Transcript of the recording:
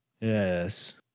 Yes